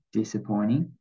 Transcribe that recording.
disappointing